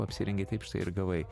apsirengei taip štai ir gavai